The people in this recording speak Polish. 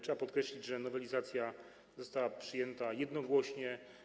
Trzeba podkreślić, że nowelizacja została przyjęta jednogłośnie.